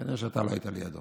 כנראה שאתה לא היית לידו.